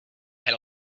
had